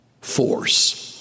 Force